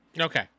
okay